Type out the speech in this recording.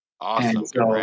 Awesome